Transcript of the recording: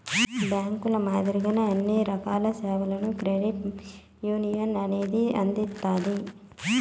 బ్యాంకుల మాదిరిగానే అన్ని రకాల సేవలను క్రెడిట్ యునియన్ అనేది అందిత్తాది